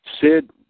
Sid